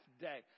day